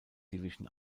division